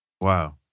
Wow